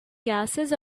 gases